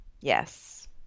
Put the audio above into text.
Yes